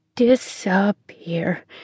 Disappear